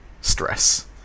stress